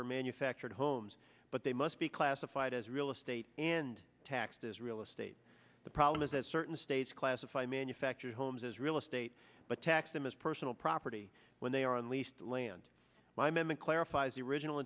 for manufactured homes but they must be classified as real estate and taxes real estate the problem is that certain states classify manufactured homes as real estate but tax them as personal property when they are on leased land my mema clarifies the original